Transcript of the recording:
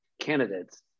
candidates